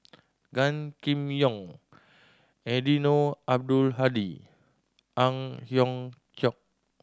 Gan Kim Yong Eddino Abdul Hadi Ang Hiong Chiok